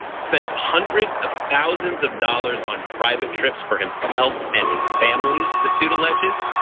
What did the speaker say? spent hundreds of thousands of dollars on private trips for himself and his family, the suit alleges.